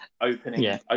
opening